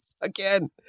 Again